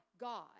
God